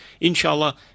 inshallah